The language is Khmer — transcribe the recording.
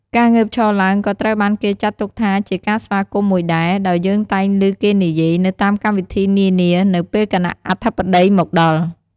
ការងើបឈរឡើងក៏ត្រូវបានគេចាត់ទុកថាជាការស្វាគមន៍មួយដែរ ដោយយើងតែងឮគេនិយាយនៅតាមកម្មវិធីនានានៅពេលគណៈអធិបតីមកដល់។